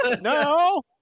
no